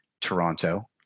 Toronto